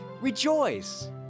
Rejoice